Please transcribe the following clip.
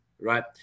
right